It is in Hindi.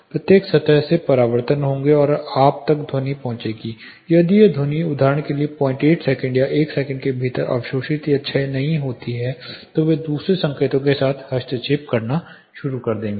प्रत्येक सतह से परावर्तन होंगे और आप तक ध्वनि पहुंचेगी यदि यह ध्वनि उदाहरण के लिए 08 सेकंड या 1 सेकंड के भीतर अवशोषित या क्षय नहीं होती है तो वे दूसरे संकेतों के साथ हस्तक्षेप करना शुरू कर देंगे